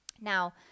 Now